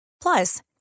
Plus